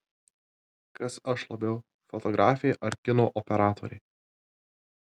kas aš labiau fotografė ar kino operatorė